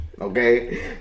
Okay